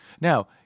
Now